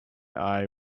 eye